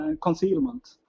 concealment